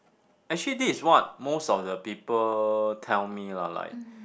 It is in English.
actually this is what most of the people tell me lah like